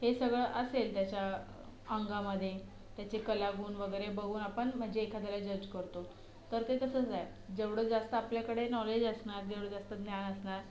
हे सगळं असेल त्याच्या अंगामध्ये त्याचे कलागुण वगैरे बघून आपण म्हणजे एखाद्याला जज करतो तर ते तसंच राहील जेवढं जास्त आपल्याकडे नॉलेज असणार जेवढं जास्त ज्ञान असणार